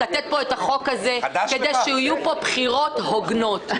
את החוק הזה כדי שיהיו פה בחירות הוגנות.